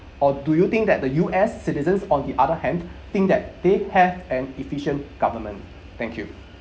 or do you think that the U_S citizens on the other hand think that they have an efficient government thank you